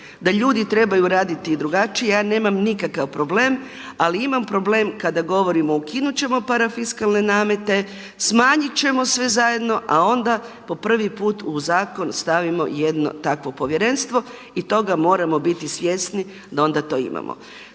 da ljudi trebaju raditi i drugačije, ja nemam nikakav problem ali imam problem kada govorimo ukinuti ćemo parafiskalne namete, smanjiti ćemo sve zajedno a onda po prvi put u zakon stavimo jedno takvo povjerenstvo i toga moramo biti svjesni da onda to imamo.